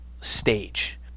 stage